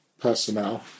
personnel